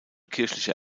kirchliche